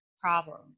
problems